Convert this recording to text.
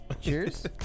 Cheers